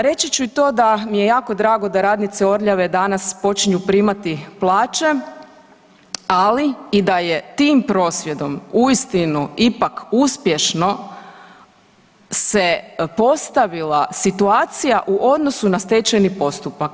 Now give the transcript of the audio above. Reći ću i to da mi je jako drago da radnice Orljave danas počinju primati plaće, ali i da je tim prosvjedom uistinu ipak uspješno se postavila situacija u odnosu na stečajni postupak.